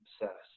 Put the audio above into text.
obsessed